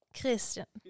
Christian